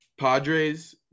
Padres